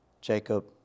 Jacob